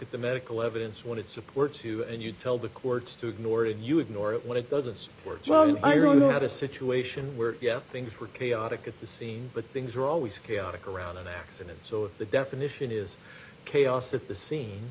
at the medical evidence when it supports you and you tell the courts to ignore ready it you ignore it when it doesn't work well i really don't have a situation where things were chaotic at the scene but things are always chaotic around an accident so if the definition is chaos at the scene